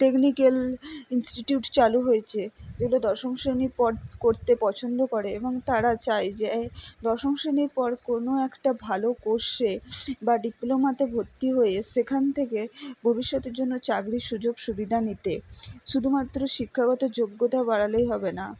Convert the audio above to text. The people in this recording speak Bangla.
টেকনিকাল ইনস্টিটিউট চালু হয়েছে যেগুলো দশম শ্রেণীর পর করতে পছন্দ করে এবং তারা চায় যে দশম শ্রেণীর পর কোনো একটা ভালো কোর্সে বা ডিপ্লোমাতে ভর্তি হয়ে সেখান থেকে ভবিষ্যতের জন্য চাকরির সুযোগ সুবিধা নিতে শুধুমাত্র শিক্ষাগত যোগ্যতা বাড়ালেই হবে না